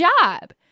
job